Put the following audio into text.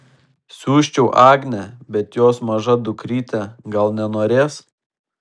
siųsčiau agnę bet jos maža dukrytė gal nenorės